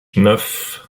neuf